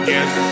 Yes